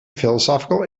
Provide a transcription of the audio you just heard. philosophical